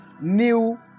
new